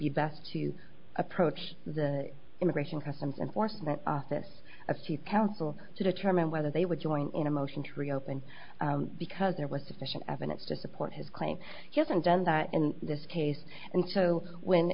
be best to approach the immigration customs enforcement office of chief counsel to determine whether they would join in a motion to reopen because there was sufficient evidence to support his claim he hasn't done that in this case and so when